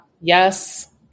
Yes